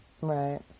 Right